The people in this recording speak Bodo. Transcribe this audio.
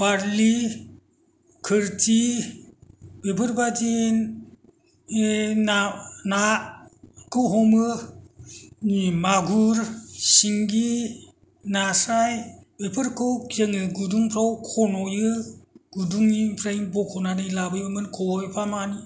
बार्लि खोर्थि बेफोरबादि बे ना नाखौ हमो नै मागुर सिंगि नास्राय बेफोरखौ जोङो गुदुंफोराव खन'यो गुदुंनिफ्रायनो बख'नानै लाबोयोमोन खबायफामानि